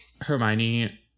Hermione